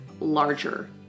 Larger